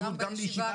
גם בישיבת סיעת ש"ס.